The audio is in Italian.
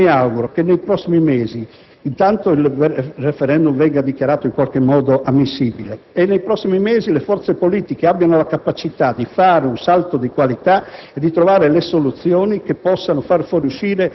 affrontata in modo assolutamente diverso. Io mi auguro intanto che il *referendum* venga dichiarato in qualche modo ammissibile e che, nei prossimi mesi, le forze politiche abbiano la capacità di fare un salto di qualità